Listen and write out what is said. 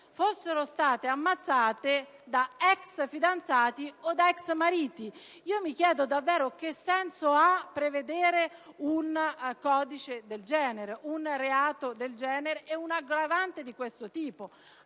fossero stato ammazzate da ex fidanzati o da ex mariti. Io mi chiedo che senso abbia prevedere un codice del genere, un reato del genere e un'aggravante di questo tipo.